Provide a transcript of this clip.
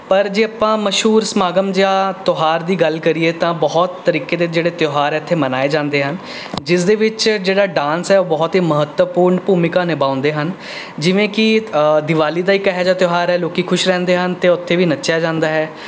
ਪਰ ਜੇ ਆਪਾਂ ਮਸ਼ਹੂਰ ਸਮਾਗਮ ਜਾਂ ਤਿਉਹਾਰ ਦੀ ਗੱਲ ਕਰੀਏ ਤਾਂ ਬਹੁਤ ਤਰੀਕੇ ਦੇ ਜਿਹੜੇ ਤਿਉਹਾਰ ਇੱਥੇ ਮਨਾਏ ਜਾਂਦੇ ਹਨ ਜਿਸ ਦੇ ਵਿੱਚ ਜਿਹੜਾ ਡਾਂਸ ਹੈ ਉਹ ਬਹੁਤ ਹੀ ਮਹੱਤਵਪੂਰਨ ਭੁਮਿਕਾ ਨਿਭਾਉਂਦੇ ਹਨ ਜਿਵੇਂ ਕਿ ਦੀਵਾਲੀ ਦਾ ਇੱਕ ਇਹੋ ਜਿਹਾ ਤਿਉਹਾਰ ਹੈ ਲੋਕ ਖੁਸ਼ ਰਹਿੰਦੇ ਹਨ ਅਤੇ ਉੱਥੇ ਵੀ ਨੱਚਿਆ ਜਾਂਦਾ ਹੈ